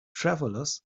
travelers